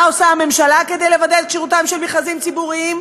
מה עושה הממשלה כדי לוודא את כשירותם של מכרזים ציבוריים?